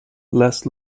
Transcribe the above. less